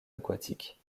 aquatique